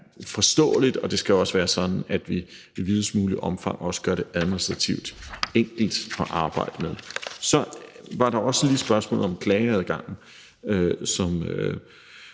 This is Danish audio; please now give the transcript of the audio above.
forståeligt, og det skal også være sådan, at vi i videst muligt omfang også gør det administrativt enkelt at arbejde med. Så var der også lige spørgsmålet om klageadgangen, som